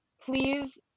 please